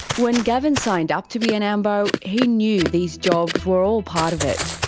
when gavin signed up to be an ambo, he knew these jobs were all part of it.